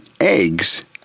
eggs